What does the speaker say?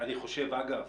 אגב,